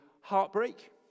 heartbreak